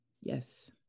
yes